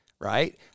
right